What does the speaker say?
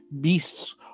beasts